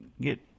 get